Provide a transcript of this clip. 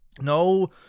No